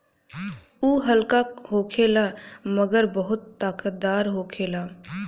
उ हल्का होखेला मगर बहुत ताकतवर होखेला